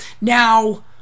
now